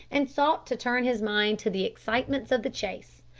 and sought to turn his mind to the excitements of the chase,